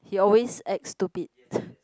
he always acts stupid